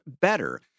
better